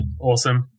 Awesome